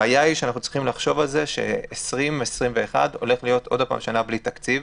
הבעיה היא שאנחנו צריכים לחשוב על זה ש-2021 הולכת להיות שנה בלי תקציב.